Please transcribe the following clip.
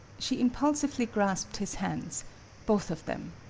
she impulsively grasped his hands both of them.